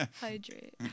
Hydrate